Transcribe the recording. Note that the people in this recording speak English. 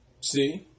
See